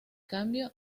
cambio